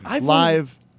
Live